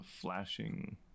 flashing